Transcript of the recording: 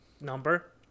number